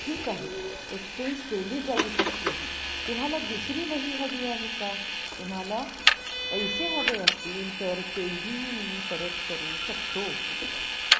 ठीक आहे एक्सचेंज केली जाऊ शकते ही तुम्हाला दुसरी वही हवी आहे का तुम्हाला पैसे हवे असतील तर तेही मी परत करू शकतो